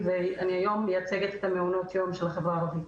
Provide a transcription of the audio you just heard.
והיום אני מייצגת את מעונות היום של החברה הערבית.